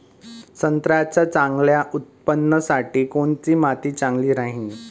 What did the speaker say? संत्र्याच्या चांगल्या उत्पन्नासाठी कोनची माती चांगली राहिनं?